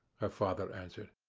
her father answered.